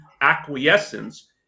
acquiescence